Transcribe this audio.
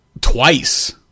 twice